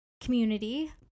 community